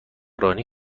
رانی